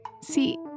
See